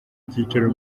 icyicaro